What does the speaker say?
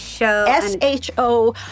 S-H-O